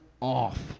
off